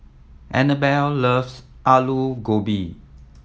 Annabelle loves Alu Gobi